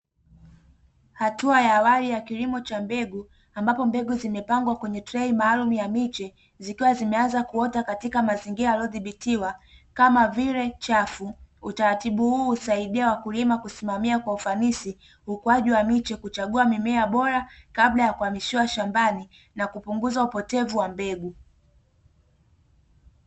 Hatua ya awali ya kilimo cha mbegu, ambapo mbegu zimepangwa kwenye trei maalumu ya miche, zikiwa zimeanza kuota katika mazingira yaliyodhibitiwa, kama vile chafu. utaratibu huu usaidia wakulima kusimamia kwa ufanisi, ukuaji wa miche, kuchagua mimea bora kabla ya kuhamishwa shambani, na kupunguza upotevu wa mbegu.